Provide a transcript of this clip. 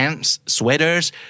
sweaters